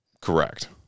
Correct